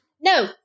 No